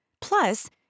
Plus